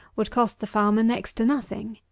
would cost the farmer next to nothing.